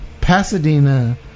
Pasadena